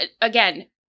again